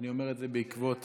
אני אומר את זה לא בעקבותיך.